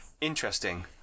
interesting